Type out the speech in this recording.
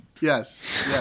Yes